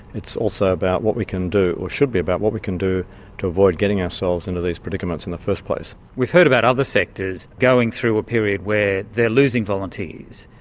also about what we can do or should be about what we can do to avoid getting ourselves into these predicaments in the first place. we've heard about other sectors going through a period where they are losing volunteers.